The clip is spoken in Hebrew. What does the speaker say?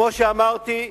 כמו שאמרתי,